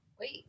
Wait